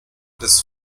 des